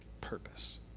purpose